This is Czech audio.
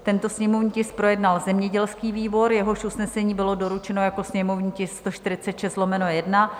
Tento sněmovní tisk projednal zemědělský výbor, jehož usnesení bylo doručeno jako sněmovní tisk 146/1.